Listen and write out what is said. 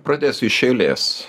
pradėsiu iš eilės